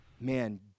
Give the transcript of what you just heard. man